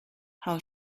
how